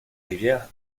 rivière